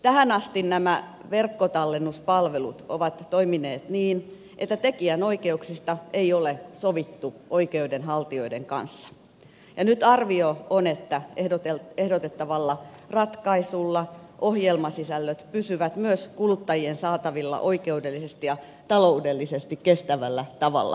tähän asti nämä verkkotallennuspalvelut ovat toimineet niin että tekijänoikeuksista ei ole sovittu oikeudenhaltijoiden kanssa ja nyt arvio on että ehdotettavalla ratkaisulla ohjelmasisällöt pysyvät myös kuluttajien saatavilla oikeudellisesti ja taloudellisesti kestävällä tavalla tulevaisuudessa